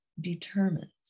determines